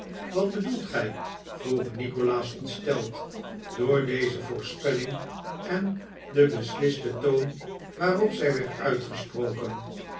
wat bedoelt gij vroeg nikolaas ontsteld door deze voorspelling en den beslisten toon waarop zij werd uitgesproken